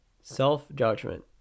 self-judgment